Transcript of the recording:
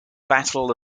battle